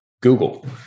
Google